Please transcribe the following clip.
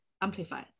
amplify